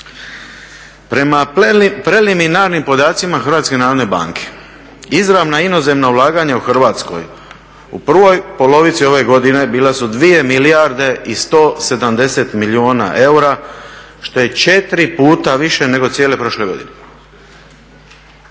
Prema preliminarnim podacima HNB-a izravna inozemna ulaganja u Hrvatskoj u prvoj polovici ove godine bila su 2 milijarde i 170 milijuna eura što je 4 puta više nego cijele prošle godine.